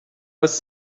was